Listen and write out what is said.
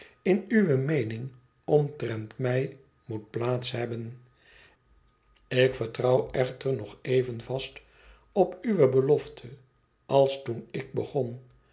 in uwe meening omtrent mij moet plaats hebben ik vertrouw echter nog even vast op uwe belofte als toen ik begon